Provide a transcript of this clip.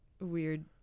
Weird